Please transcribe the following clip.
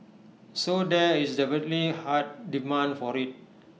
so there is definitely A hard demand for IT